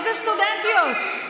איזה סטודנטיות?